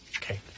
Okay